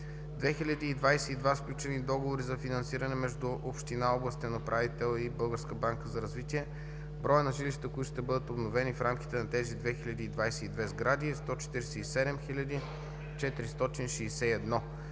2022 сключени договори за финансиране между община, областен управител и ББР; броят на жилищата, които ще бъдат обновени в рамките на тези 2022 сгради е 147 461,